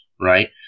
right